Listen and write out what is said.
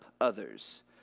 others